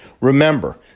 Remember